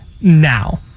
now